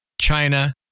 China